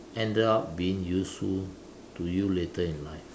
ended up being useful to you later in life